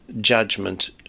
judgment